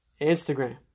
Instagram